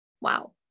Wow